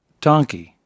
Donkey